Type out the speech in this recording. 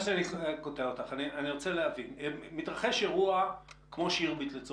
מתרחש אירוע כמו אירוע שירביט שהוא